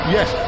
Yes